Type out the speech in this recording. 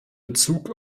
bezug